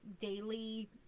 daily